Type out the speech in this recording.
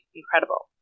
incredible